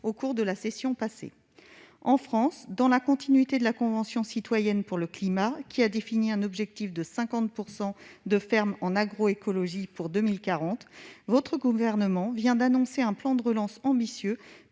au cours de la session passée. En France, dans la continuité des travaux de la Convention citoyenne pour le climat, qui a défini un objectif de 50 % de fermes en agroécologie pour 2040, le Gouvernement vient d'annoncer un plan de relance ambitieux